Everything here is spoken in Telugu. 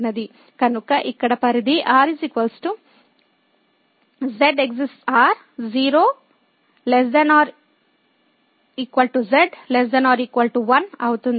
కనుక ఇక్కడ పరిధి R z ∈ R 0 ≤ z ≤1అవుతుంది